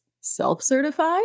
self-certified